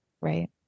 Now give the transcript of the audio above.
Right